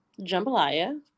jambalaya